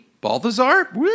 Balthazar